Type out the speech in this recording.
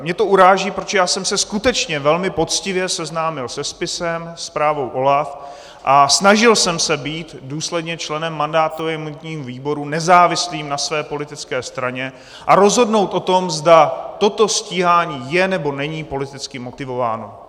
Mě to uráží, protože já jsem se skutečně velmi poctivě seznámil se spisem, zprávou OLAF a snažil jsem se být důsledně členem mandátového a imunitního výboru nezávislým na své politické straně a rozhodnout o tom, zda toto stíhání je, nebo není politicky motivováno.